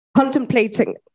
contemplating